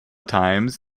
times